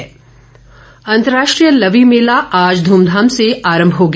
लवी अंतर्राष्ट्रीय लवी मेला आज धूमधाम से आरंभ हो गया